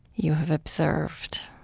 you have observed